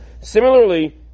Similarly